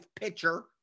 pitcher